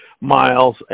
Miles